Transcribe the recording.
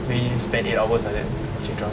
we spend eight hours like that watching drama